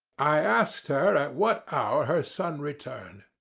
i asked her at what hour her son returned.